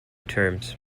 terms